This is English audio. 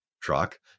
truck